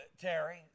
Terry